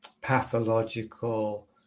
pathological